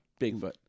Bigfoot